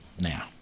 now